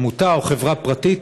עמותה או חברה פרטית,